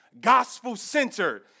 gospel-centered